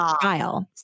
trial